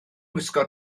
gwisgo